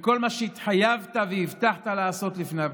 מכל מה שהתחייבת והבטחת לעשות לפני הבחירות?